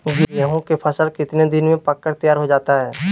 गेंहू के फसल कितने दिन में पक कर तैयार हो जाता है